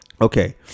Okay